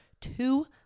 two